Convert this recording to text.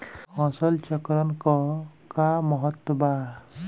फसल चक्रण क का महत्त्व बा?